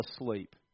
asleep